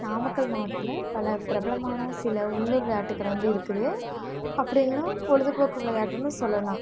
நாமக்கல் மாவட்டத்தில் பல பிரபலமான சில உள்ளூர் விளையாட்டுகள் வந்து இருக்குது அப்படி இல்லைனா பொழுதுபோக்கு விளையாட்டுன்னு சொல்லலாம்